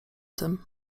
tym